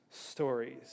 stories